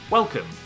Welcome